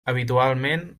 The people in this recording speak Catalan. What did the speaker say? habitualment